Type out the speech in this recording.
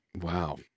Wow